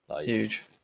Huge